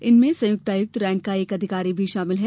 इनमें संयुक्त आयुक्तं रैंक का एक अधिकारी भी शामिल हैं